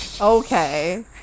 okay